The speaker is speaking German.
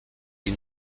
die